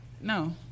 No